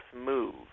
move